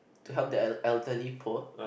to help the el~ elderly poor